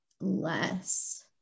less